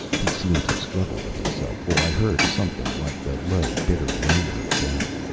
he seemed to struggle with himself, for i heard something like the low, bitter murmur of doubt.